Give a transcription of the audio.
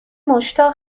مشتاق